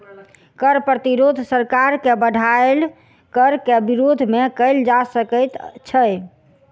कर प्रतिरोध सरकार के बढ़ायल कर के विरोध मे कयल जा सकैत छै